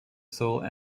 sole